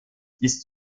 bis